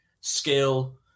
skill